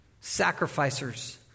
sacrificers